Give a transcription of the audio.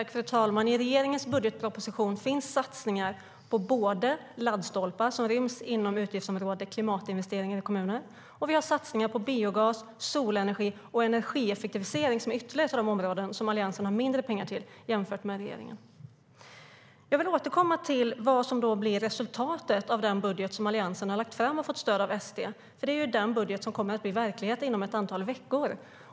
Fru talman! I regeringens budgetproposition finns såväl en satsning på laddstolpar, vilken ryms inom anslaget för klimatinvesteringar i kommuner, som satsningar på biogas och solenergi samt energieffektivisering, vilket är ytterligare ett av de områden som Alliansen har mindre pengar till jämfört med regeringen. Jag vill återkomma till vad som blir resultatet av den budget som Alliansen har lagt fram och fått stöd för av SD. Det är ju den budget som kommer att bli verklighet inom ett antal veckor.